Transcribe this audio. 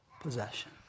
possession